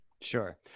Sure